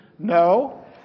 No